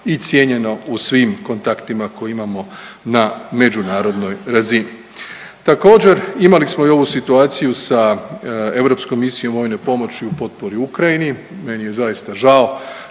i cijenjeno u svim kontaktima koje imamo na međunarodnoj razini. Također imali smo i ovu situaciju sa Europskom misijom vojne pomoći u potpori Ukrajini, meni je zaista žao